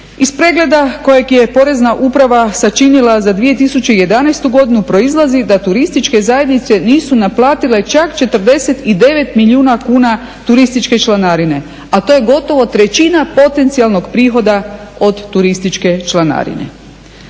Iz pregleda kojeg je porezna uprava sačinila za 2011.godinu proizlazi da turističke zajednice nisu naplatile čak 49 milijuna kuna turističke članarine, a to je gotovo trećina potencijalnog prihoda od turističke članarine.